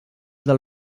del